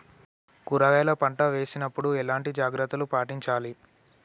కూరగాయల పంట వేసినప్పుడు ఎలాంటి జాగ్రత్తలు పాటించాలి?